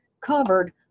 covered